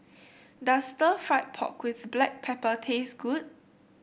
does stir fry pork with Black Pepper taste good